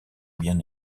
bien